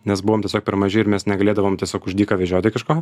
nes buvom tiesiog per maži ir mes negalėdavom tiesiog už dyką vežioti kažko